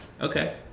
Okay